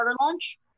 launch